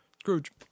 Scrooge